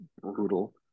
brutal